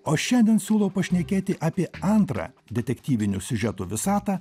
o šiandien siūlau pašnekėti apie antrą detektyvinio siužeto visatą